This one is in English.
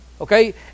Okay